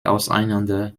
auseinander